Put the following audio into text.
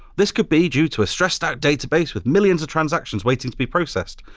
this could be due to a stressed out database with millions of transactions waiting to be processed.